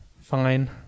fine